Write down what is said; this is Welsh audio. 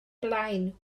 blaen